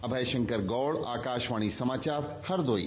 अभय शंकर गौड़ आकाशवाणी समाचार हरदोई